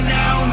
now